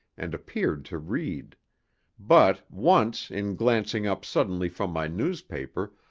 and appeared to read but, once in glancing up suddenly from my newspaper,